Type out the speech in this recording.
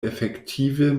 efektive